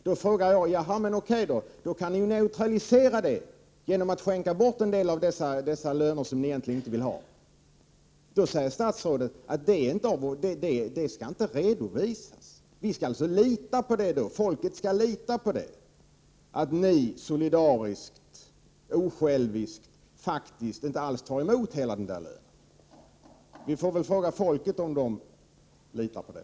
Jag säger att statsråden kan neutralisera detta genom att skänka bort en del av dessa löner som de egentligen inte vill ha. Men statsrådet säger att detta inte skall redovisas. Folket skall alltså lita på att statsråden solidariskt och osjälviskt faktiskt inte tar emot hela denna lön. Vi får väl fråga folket om de litar på det.